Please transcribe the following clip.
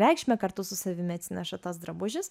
reikšmę kartu su savimi atsineša tas drabužis